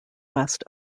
west